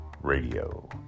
Radio